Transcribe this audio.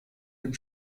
dem